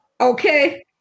Okay